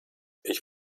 ich